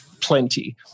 plenty